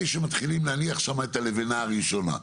שמתחילים להניח שם את הלבנה הראשונה.